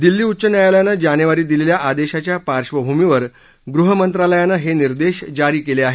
दिल्ली उच्च न्यायालयानं जानेवारीत दिलेल्या आदेशाच्या पार्श्वभूमीवर गृहमंत्रालयानं हे निर्देश जारी केले आहेत